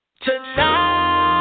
Tonight